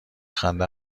خنده